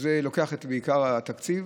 שזה לוקח את עיקר התקציב.